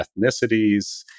ethnicities